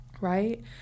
Right